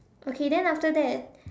okay then after that